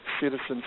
citizens